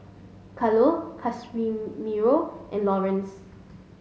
Carlo and Laurence